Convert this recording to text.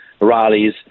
rallies